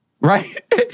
Right